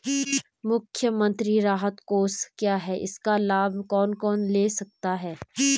मुख्यमंत्री राहत कोष क्या है इसका लाभ कौन कौन ले सकता है?